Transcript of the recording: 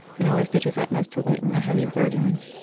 and always did his utmost to lighten their heavy burdens.